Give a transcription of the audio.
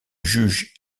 juge